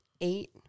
eight